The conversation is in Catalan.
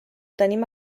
tenim